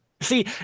See